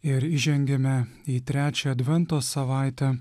ir įžengėme į trečią advento savaitę